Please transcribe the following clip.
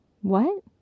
What